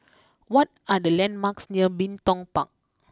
what are the landmarks near Bin Tong Park